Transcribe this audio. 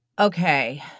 Okay